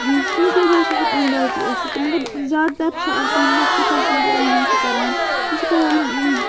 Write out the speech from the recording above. کُنہِ کُنہِ جایہِ چھِ ہیٚکان غلطی ٲسِتھ مگر زیادٕ تَر چھِ آسان یۄس یہِ فیشَن ڈِزاینِنٛگ چھِ کَران یہِ چھِ کَران